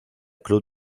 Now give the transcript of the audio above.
club